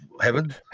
heaven